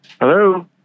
Hello